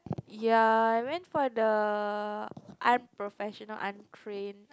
ya I went for the unprofessional untrain